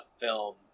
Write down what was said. film